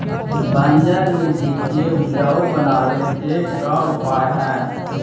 बंजर मट्टी के उपजाऊ बनाबे के का उपाय है?